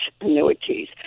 annuities